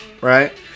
Right